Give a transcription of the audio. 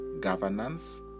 governance